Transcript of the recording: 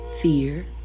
fear